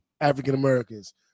African-Americans